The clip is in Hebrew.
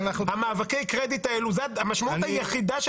מאבקי הקרדיט האלו המשמעות היחידה של